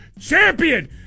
champion